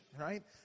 right